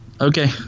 Okay